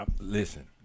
Listen